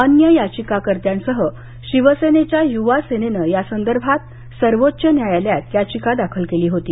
अन्य याचिकाकर्त्यांसह शिवसेनेच्या युवा सेनेनं या संदर्भात सर्वोच्च न्यायालयात याचिका दाखल केली होती